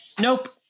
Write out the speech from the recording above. Nope